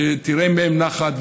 שתראה מהם נחת,